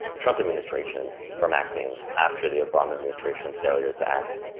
the trump administration from acting after the obama administration's failure to act.